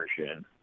version